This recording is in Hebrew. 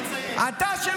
אתה לא מצייד.